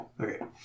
Okay